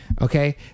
Okay